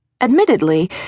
Admittedly